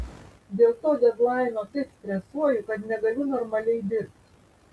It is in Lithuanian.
dėl to dedlaino taip stresuoju kad negaliu normaliai dirbt